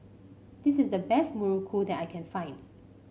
this is the best muruku that I can find